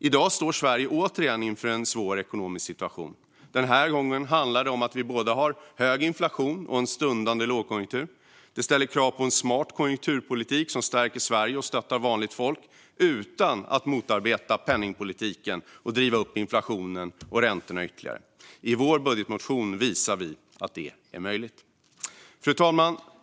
I dag står Sverige återigen inför en svår ekonomisk situation. Den här gången handlar det om att Sverige har både hög inflation och en stundande lågkonjunktur. Det ställer krav på en smart konjunkturpolitik som stärker Sverige och stöttar vanligt folk utan att motarbeta penningpolitiken och driva upp inflationen och räntorna ytterligare. I vår budgetmotion visar vi att det är möjligt. Fru talman!